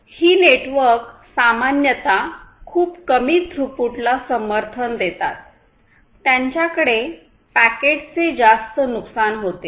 ही network सामान्यत खूप कमी थ्रुपुटला समर्थन देतात त्यांच्याकडे पॅकेटचे जास्त नुकसान होते